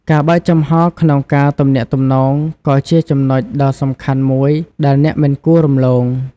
ការបើកចំហរក្នុងការទំនាក់ទំនងក៏ជាចំណុចដ៏សំខាន់មួយដែលអ្នកមិនគួររំលង។